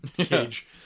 cage